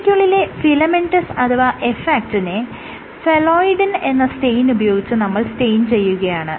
ഇവയ്ക്കുള്ളിലെ filaments അഥവാ F ആക്റ്റിനെ phalloidin എന്ന സ്റ്റെയിൻ ഉപയോഗിച്ച് നമ്മൾ സ്റ്റെയിൻ ചെയ്യുകയാണ്